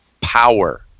power